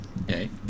Okay